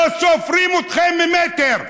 לא סופרים אתכם ממטר.